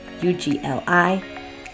U-G-L-I